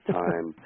time